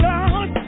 Lord